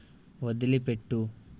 వదిలిపెట్టు